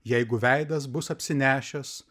jeigu veidas bus apsinešęs